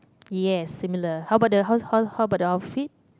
yes similar how about the how how how about the outfit